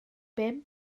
bum